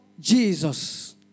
Jesus